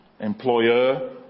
employer